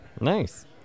Nice